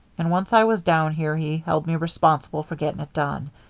and once i was down here he held me responsible for getting it done.